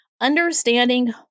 Understanding